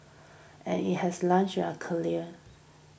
and it has launched their careers